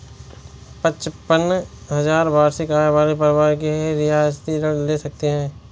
पचपन हजार वार्षिक आय वाले परिवार ही रियायती ऋण ले सकते हैं